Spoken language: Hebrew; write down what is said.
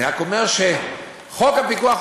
אני רק אומר שחוק הפיקוח,